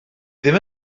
ddim